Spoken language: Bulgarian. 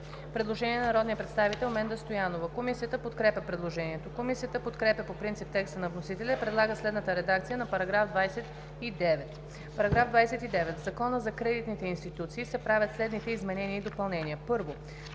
предложение на народния представител Менда Стоянова. Комисията подкрепя предложението. Комисията подкрепя по принцип текста на вносителя и предлага следната редакция на § 29: „§ 29. В Закона за кредитните институции (обн., ДВ, бр. …) се правят следните изменения и допълнения: 1.